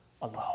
Alone